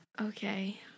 Okay